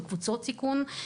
בקבוצות סיכון.